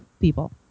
people